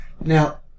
Now